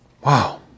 Wow